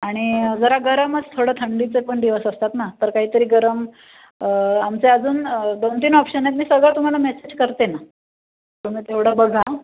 आणि जरा गरमच थोडं थंडीचे पण दिवस असतात ना तर काहीतरी गरम आमचे अजून दोनतीन ऑप्शन आहेत मी सगळं तुम्हाला मेसेज करते ना तुम्ही तेवढं बघा